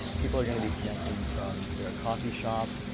people are gonna be connecting from their coffee shop,